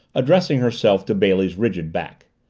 addressing herself to bailey's rigid back.